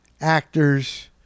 actors